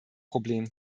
problem